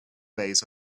base